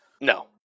No